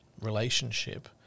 relationship